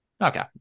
Okay